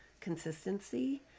consistency